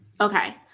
Okay